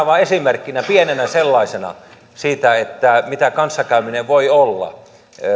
vain esimerkkinä pienenä sellaisena siitä mitä kanssakäyminen voi olla